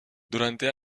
durante